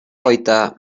кайта